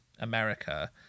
america